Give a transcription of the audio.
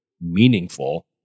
meaningful